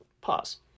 Pause